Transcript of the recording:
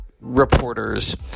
reporters